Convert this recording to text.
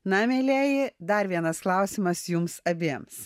na mielieji dar vienas klausimas jums abiems